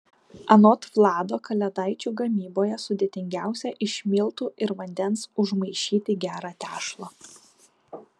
anot vlado kalėdaičių gamyboje sudėtingiausia iš miltų ir vandens užmaišyti gerą tešlą